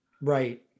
Right